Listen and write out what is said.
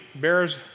bears